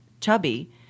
chubby